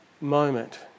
moment